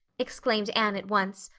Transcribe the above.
exclaimed anne at once.